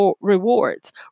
rewards